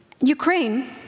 Ukraine